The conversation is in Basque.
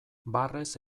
barrez